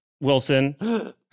Wilson